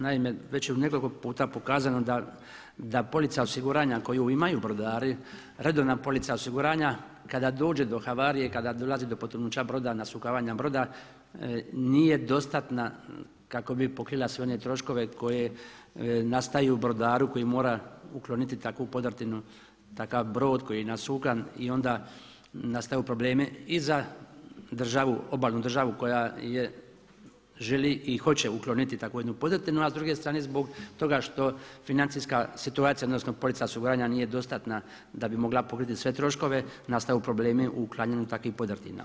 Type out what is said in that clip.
Naime, već je nekoliko puta pokazano da polica osiguranja koju imaju brodari, redovna polica osiguranja kada dođe do havarije, kada dolazi do potonuća broda nasukavanja broda nije dostatna kako bi pokrila sve one troškove koje nastaju brodaru koji mora ukloniti takvu podrtinu, takav brod koji je nasukan i onda nastaju problemi i za obalnu državu koja želi i hoće ukloniti takvu jednu podrtinu, a s druge strane zbog toga što financijska situacija odnosno polica osiguranja nije dostatna da bi mogla pokriti sve troškove, nastaju problemi u uklanjanju takvih podrtina.